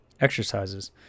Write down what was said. exercises